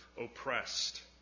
oppressed